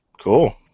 Cool